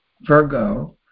Virgo